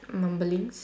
mumblings